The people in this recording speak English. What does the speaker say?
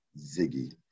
Ziggy